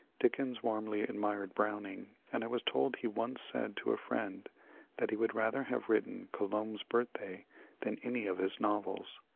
dickens warmly admired browning, and i was told he once said to a friend that he would rather have written colombo's birthday than any of his novels.